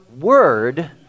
word